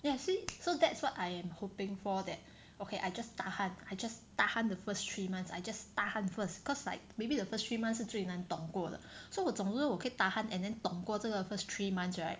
ya 所以 so that's what I am hoping for that okay I just tahan I just tahan the first three months I just tahan first cause like maybe the first three months 是最难懂过的 so 我懂总之我可以 tahan and then 懂过这个 first three months right